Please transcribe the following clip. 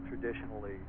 traditionally